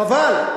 חבל,